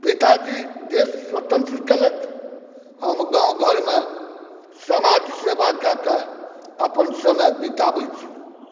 पिताजी देश स्वतंत्र केलथि हम गाँव घरमे समाजसेवा कए कऽ अपन समय बीताबै छी